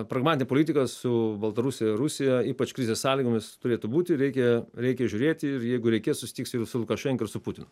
pragmatinė politika su baltarusija ir rusija ypač krizės sąlygomis turėtų būti reikia reikia žiūrėti ir jeigu reikės susitiks ir su lukašenka ir su putinu